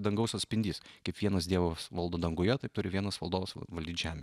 dangaus atspindys kaip vienas dievas valdo danguje taip turi vienas valdovas valdyt žemę